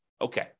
Okay